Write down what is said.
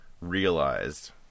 realized